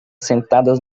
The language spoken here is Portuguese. sentadas